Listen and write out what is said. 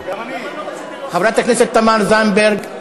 חברת הכנסת תמר זנדברג.